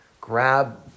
grab